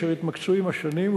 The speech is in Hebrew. אשר התמקצעו עם השנים,